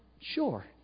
Sure